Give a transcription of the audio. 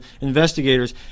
investigators